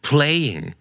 Playing